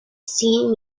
seen